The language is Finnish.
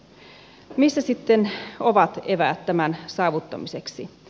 missä sitten ovat eväät tämän saavuttamiseksi